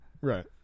Right